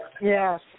Yes